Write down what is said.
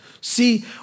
see